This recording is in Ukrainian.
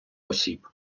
осіб